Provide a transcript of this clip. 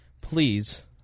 please